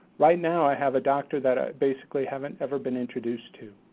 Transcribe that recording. right now, i have a doctor that i basically haven't ever been introduced to.